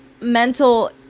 mental